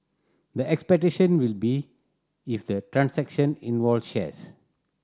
the expectation will be if the transaction involved shares